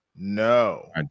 no